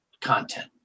content